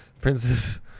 Princess